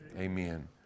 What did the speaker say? Amen